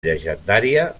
llegendària